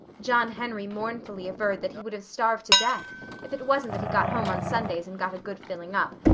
john henry mournfully averred that he would have starved to death if it wasn't that he got home on sundays and got a good filling up,